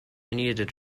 needed